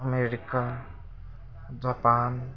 America Japan